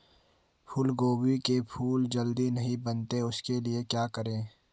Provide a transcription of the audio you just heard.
फूलगोभी के फूल जल्दी नहीं बनते उसके लिए क्या करें?